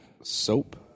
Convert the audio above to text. soap